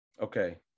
Okay